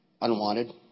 unwanted